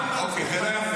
אה, אוקיי, זה לא יפה.